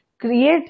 create